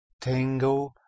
Tango